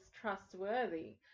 trustworthy